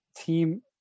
team